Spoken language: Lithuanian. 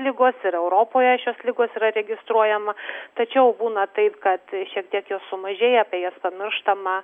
lygos ir europoje šios ligos yra registruojama tačiau būna taip kad šiek tiek jos sumažėja apie jas pamirštama